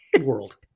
world